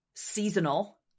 Seasonal